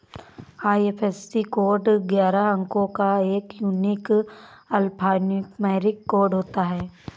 IFSC code ग्यारह अंको का एक यूनिक अल्फान्यूमैरिक कोड होता है